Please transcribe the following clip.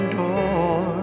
door